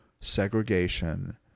segregation